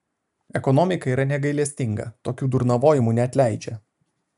ekonomika yra negailestinga tokių durnavojimų neatleidžia